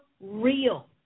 real